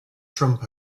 trump